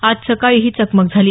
आज सकाळी ही चकमक झाली